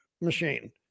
machine